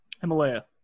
Himalaya